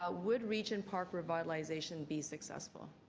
ah would regent park revitalization be successful?